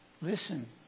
Listen